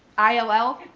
i l l,